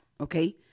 okay